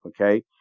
okay